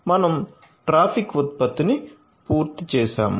మనం ట్రాఫిక్ ఉత్పత్తిని పూర్తి చేసాము